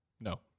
No